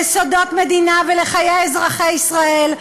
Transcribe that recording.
לסודות מדינה ולחיי אזרחי ישראל,